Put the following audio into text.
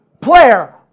Player